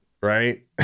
right